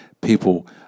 people